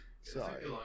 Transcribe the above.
Sorry